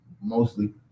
mostly